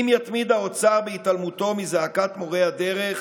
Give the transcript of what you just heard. אם יתמיד האוצר בהתעלמותו מזעקת מורי הדרך,